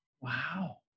Wow